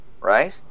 right